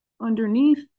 underneath